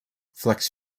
flex